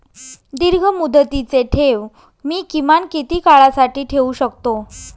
दीर्घमुदतीचे ठेव मी किमान किती काळासाठी ठेवू शकतो?